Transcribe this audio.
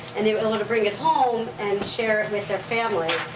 and they were able to bring it home and share it with their family.